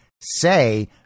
say